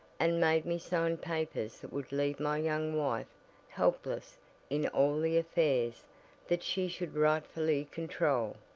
and made me sign papers that would leave my young wife helpless in all the affairs that she should rightfully control.